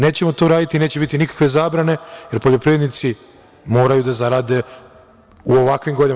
Nećemo to uraditi, neće biti nikakve zabrane, jer poljoprivrednici moraju da zarade u ovakvim godinama.